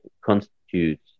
constitutes